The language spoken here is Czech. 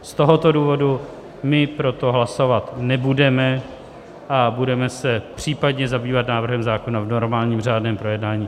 Z tohoto důvodu my pro to hlasovat nebudeme a budeme se případně zabývat návrhem zákona v normálním řádném projednání.